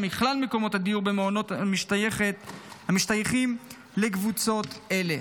מכלל מקומות הדיור במעונות למשתייכים לקבוצות אלה.